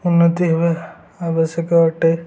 ଉନ୍ନତି ହେବା ଆବଶ୍ୟକ ଅଟେ